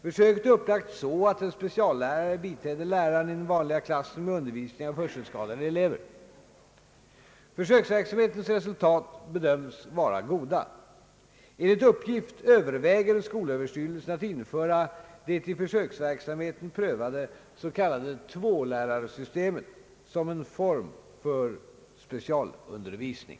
Försöket är upplagt så att en speciallärare biträder läraren i den vanliga klassen med undervisniugen av hörselskadade elever. Försöksverksamhetens resultat bedöms vara goda. Enligt uppgift överväger skolöverstyrelsen att införa det i försöksverksamheten prövade s.k. tvålärarsystemet som en form för specialundervisning.